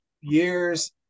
years